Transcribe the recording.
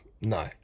No